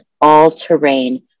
all-terrain